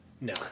No